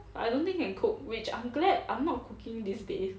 but I don't think can cook but I'm glad I'm not cooking these days